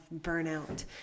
burnout